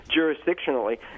jurisdictionally